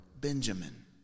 Benjamin